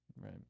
right